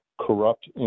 corrupt